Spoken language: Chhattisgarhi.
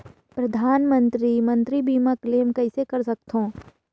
परधानमंतरी मंतरी बीमा क्लेम कइसे कर सकथव?